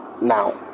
now